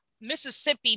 Mississippi